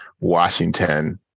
Washington